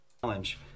Challenge